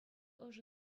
ӑшӑ